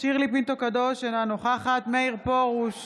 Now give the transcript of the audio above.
שירלי פינטו קדוש, אינה נוכחת מאיר פרוש,